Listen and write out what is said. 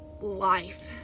life